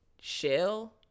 shell